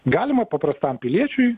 galima paprastam piliečiui